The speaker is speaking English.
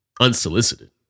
Unsolicited